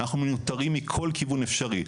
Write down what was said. אנחנו מנוטרים מכל כיוון אפשרי,